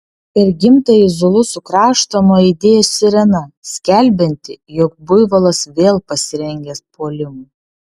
per gimtąjį zulusų kraštą nuaidėjo sirena skelbianti jog buivolas vėl pasirengęs puolimui